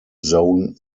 zone